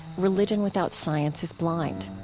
religion without science is blind.